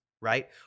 right